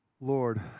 Lord